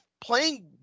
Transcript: playing